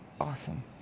awesome